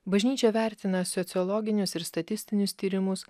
bažnyčia vertina sociologinius ir statistinius tyrimus